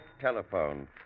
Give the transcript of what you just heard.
telephone